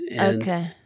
okay